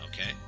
okay